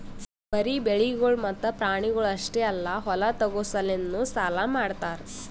ಬರೀ ಬೆಳಿಗೊಳ್ ಮತ್ತ ಪ್ರಾಣಿಗೊಳ್ ಅಷ್ಟೆ ಅಲ್ಲಾ ಹೊಲ ತೋಗೋ ಸಲೆಂದನು ಸಾಲ ಮಾಡ್ತಾರ್